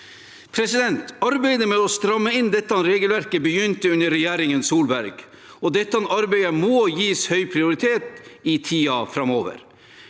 på alvor. Arbeidet med å stramme inn dette regelverket begynte under regjeringen Solberg, og dette arbeidet må gis høy prioritet i tiden framover.